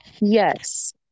yes